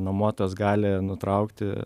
nuomotojas gali nutraukti